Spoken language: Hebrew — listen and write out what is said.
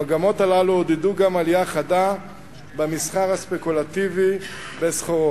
המגמות הללו עודדו גם עלייה חדה במסחר הספקולטיבי בסחורות.